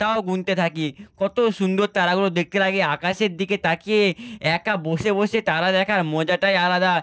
তাও গুনতে থাকি কতো সুন্দর তারাগুলো দেখতে লাগে আকাশের দিকে তাকিয়ে একা বসে বসে তারা দেখার মজাটাই আলাদা